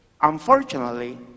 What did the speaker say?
Unfortunately